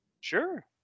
Sure